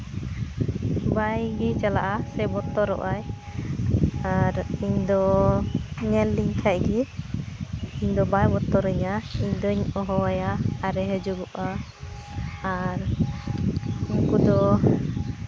ᱵᱟᱭᱮ ᱪᱟᱞᱟᱜᱼᱟ ᱥᱮ ᱵᱚᱛᱚᱨᱚᱜᱼᱟᱭ ᱟᱨ ᱤᱧ ᱫᱚ ᱧᱮᱞ ᱞᱤᱧ ᱠᱷᱟᱡ ᱜᱮᱭ ᱤᱧ ᱫᱚ ᱵᱟᱭ ᱵᱚᱛᱚᱨᱟᱹᱧᱟᱹ ᱤᱧ ᱫᱚᱧ ᱦᱚᱦᱚᱣᱟᱭᱟ ᱟᱨᱮᱭ ᱦᱤᱡᱩᱜᱚᱜᱼᱟ ᱟᱨ ᱩᱱᱠᱩ ᱫᱚ